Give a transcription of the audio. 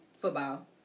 football